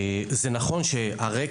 נשים.